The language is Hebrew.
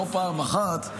לא פעם אחת,